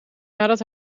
nadat